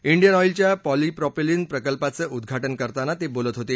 Indian ऑईलच्या polypropylene प्रकल्पाचं उद्घाटन करताना ते बोलत होते